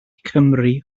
cymru